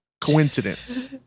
Coincidence